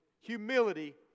humility